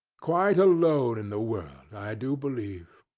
quite alone in the world, i do believe.